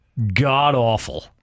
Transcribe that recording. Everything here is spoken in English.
God-awful